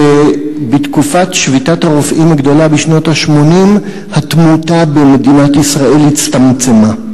שבתקופת שביתת הרופאים הגדולה בשנות ה-80 התמותה במדינת ישראל הצטמצמה.